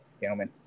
gentlemen